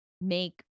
make